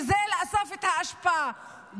לאסוף את האשפה,